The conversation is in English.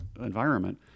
environment